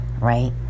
right